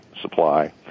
Supply